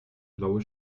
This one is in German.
blaue